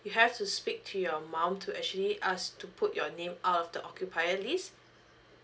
you have to speak to your mum to actually ask to put your name out of the occupiers list